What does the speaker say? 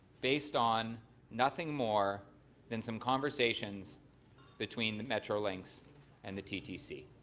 based on nothing more than some conversations between the metrolinx and the ttc.